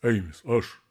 eimis aš